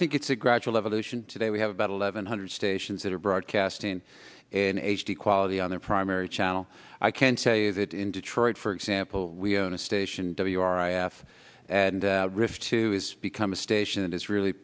think it's a gradual evolution today we have about eleven hundred stations that are broadcasting in h d quality on the primary channel i can say that in detroit for example we own a station w r i f and riffed to become a station that is really